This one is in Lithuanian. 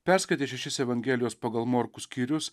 perskaitę šešis evangelijos pagal morkų skyrius